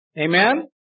Amen